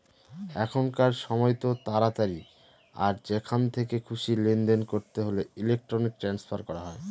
এখনকার সময়তো তাড়াতাড়ি আর যেখান থেকে খুশি লেনদেন করতে হলে ইলেক্ট্রনিক ট্রান্সফার করা হয়